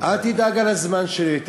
אל תדאג לזמן שלי.